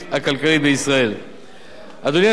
לעלייה בתוחלת החיים השפעה ישירה על גובה